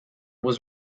was